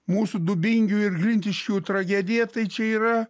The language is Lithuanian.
mūsų dubingių ir glintiškių tragedija tai čia yra